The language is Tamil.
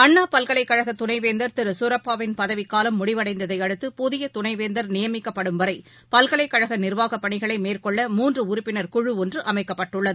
அண்ணா பல்கலைக் கழக துணைவேந்தா் திரு சூரப்பாவின் பதவிக்காலம் முடிவடைந்ததையடுத்து புதிய துணைவேந்தா் நியமிக்கப்படும் வரை பல்கலைக் கழக நிா்வாக பணிகளை மேற்கொள்ள மூன்று உறுப்பினர் குழு ஒன்று அமைக்கப்பட்டுள்ளது